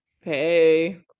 Hey